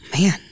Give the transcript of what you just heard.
Man